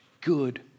good